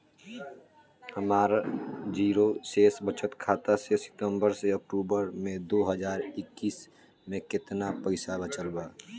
हमार जीरो शेष बचत खाता में सितंबर से अक्तूबर में दो हज़ार इक्कीस में केतना पइसा बचल बा?